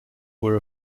were